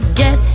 get